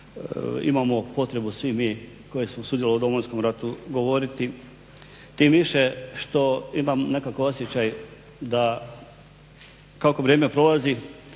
imamo potrebu svi mi koji smo sudjelovali u Domovinskom ratu govoriti tim više što imam nekako osjećaj, da kako vrijeme prolazi